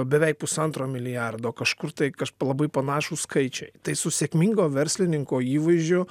beveik pusantro milijardo kažkur tai kaš labai panašūs skaičiai tai su sėkmingo verslininko įvaizdžiu